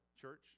church